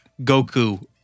Goku